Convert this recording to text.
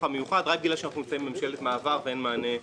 המיוחד רק בגלל שאנחנו נמצאים בממשלת מעבר ואין מענה לגידול.